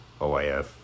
OIF